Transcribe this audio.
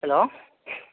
hello